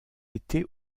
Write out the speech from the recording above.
été